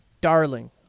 darling